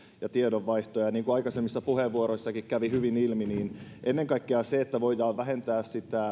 ja tiedonvaihtoa ja niin kuin aikaisemmissa puheenvuoroissakin kävi hyvin ilmi ennen kaikkea se että voidaan vähentää